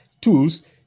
tools